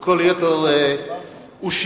וכל יתר אושיות,